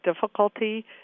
difficulty